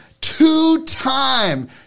two-time